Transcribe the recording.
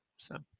so.